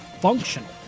functional